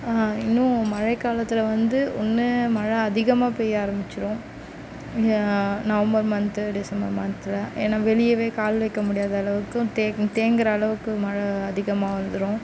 இன்னும் மழைக்காலத்தில் வந்து ஒன்று மழை அதிகமாக பெய்ய ஆரமிச்சிடும் நவம்பர் மந்த்து டிசம்பர் மந்த்தில் ஏன்னா வெளியவே கால் வைக்க முடியாத அளவுக்கும் தே தேங்குகிற அளவுக்கு மழை அதிகமாக வந்துடும்